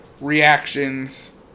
reactions